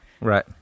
Right